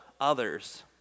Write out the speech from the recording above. others